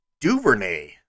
Duvernay